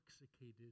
intoxicated